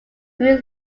grew